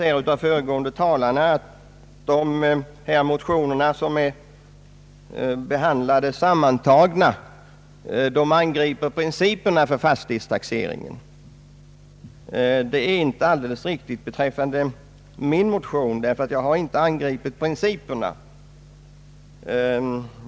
Det har sagts av de föregående talarna att de motioner som behandlats sammantagna angriper principerna för fastighetstaxeringen. Det är inte helt riktigt beträffande min motion. Jag har nämligen inte angripit principerna.